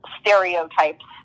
stereotypes